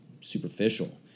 superficial